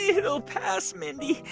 it'll pass, mindy.